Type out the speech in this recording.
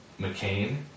McCain